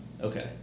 Okay